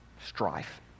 Strife